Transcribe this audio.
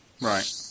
Right